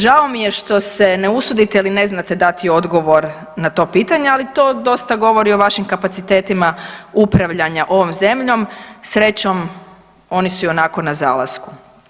Žao mi je što se ne usudite ili ne znate dati odgovor na to pitanje, ali to dosta govori o vašim kapacitetima upravljanja ovom zemljom, srećom oni su i onako na zalasku.